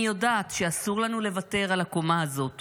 אני יודעת שאסור לנו לוותר על הקומה הזאת